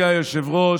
אדוני היושב-ראש,